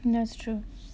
that's true